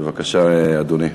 בבקשה, אדוני.